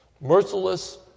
merciless